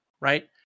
right